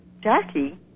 Jackie